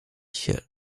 się